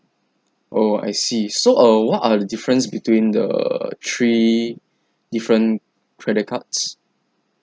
oh I see so uh what are the difference between the three different credit cards